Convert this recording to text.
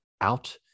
out